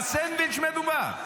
בסנדוויץ' מדובר?